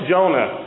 Jonah